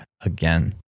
again